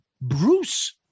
Bruce